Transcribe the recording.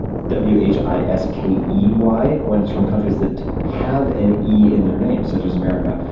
w h i s k e y when it's from countries that have an e in their name such as america.